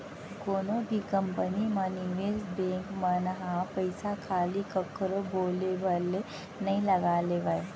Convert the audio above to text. कोनो भी कंपनी म निवेस बेंक मन ह पइसा खाली कखरो बोले भर ले नइ लगा लेवय